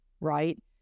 Right